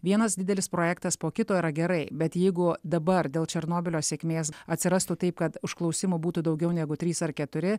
vienas didelis projektas po kito yra gerai bet jeigu dabar dėl černobylio sėkmės atsirastų taip kad užklausimų būtų daugiau negu trys ar keturi